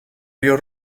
río